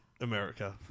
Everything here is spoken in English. America